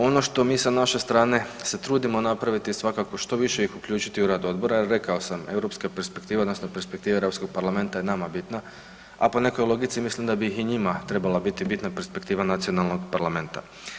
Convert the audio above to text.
Ono što mi sa naše strane se trudimo napraviti je svakako što više ih uključiti u rad Odbora, jer rekao sam, EU perspektiva odnosno perspektiva EU parlamenta je nama bitna, a po nekoj logici mislim da bi i njima trebala biti bitna perspektiva nacionalnog parlamenta.